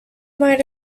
might